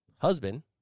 husband